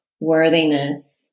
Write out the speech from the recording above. worthiness